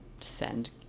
send